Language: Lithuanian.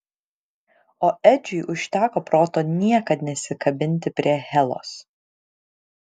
o edžiui užteko proto niekad nesikabinti prie helos